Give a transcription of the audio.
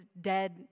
dead